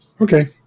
Okay